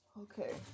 Okay